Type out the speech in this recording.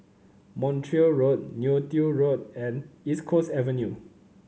Montreal Road Neo Tiew Road and East Coast Avenue